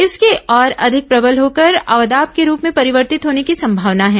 इसके और अधिक प्रबल होकर अवदाब के रूप में परिवर्तित होने की संमावना है